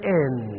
end